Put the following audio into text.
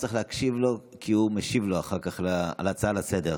השר צריך להקשיב לו כי הוא משיב לו אחר כך על הצעה לסדר-היום.